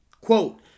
Quote